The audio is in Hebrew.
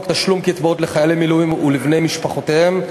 תשלום קצבאות לחיילי מילואים ולבני משפחותיהם.